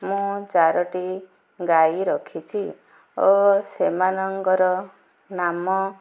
ମୁଁ ଚାରୋଟି ଗାଈ ରଖିଛି ଓ ସେମାନଙ୍କର ନାମ